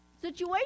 situation